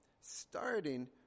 starting